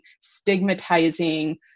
stigmatizing